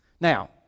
Now